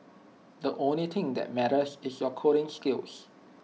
the only thing that matters is your coding skills